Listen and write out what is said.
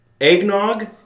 Eggnog